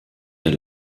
der